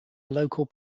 local